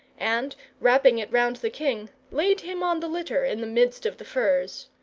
and wrapping it round the king, laid him on the litter in the midst of the furs.